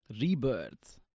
rebirth